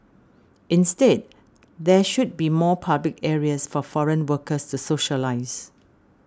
instead there should be more public areas for foreign workers socialise